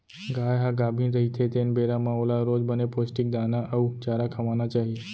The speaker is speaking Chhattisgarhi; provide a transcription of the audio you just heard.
गाय ह गाभिन रहिथे तेन बेरा म ओला रोज बने पोस्टिक दाना अउ चारा खवाना चाही